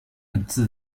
本质